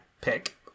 pick